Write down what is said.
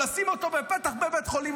לשים אותו בפתח בית חולים,